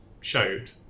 showed